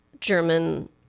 German